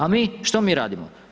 A mi, što mi radimo?